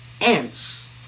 ants